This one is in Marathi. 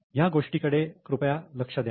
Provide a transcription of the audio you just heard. या गोष्टींकडे कृपया लक्ष द्या